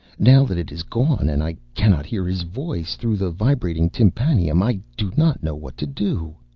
now that it is gone and i cannot hear his voice through the vibrating tympanum, i do not know what to do.